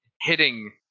hitting